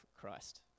Christ